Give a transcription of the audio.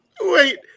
Wait